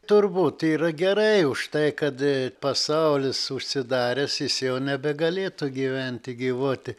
turbūt yra gerai už tai kad pasaulis užsidaręs jis jau nebegalėtų gyventi gyvuoti